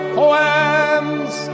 poems